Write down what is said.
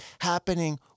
happening